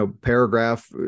paragraph